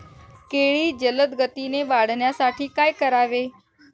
केळी जलदगतीने वाढण्यासाठी काय करावे?